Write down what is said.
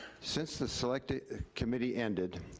since the select committee ended,